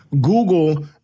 Google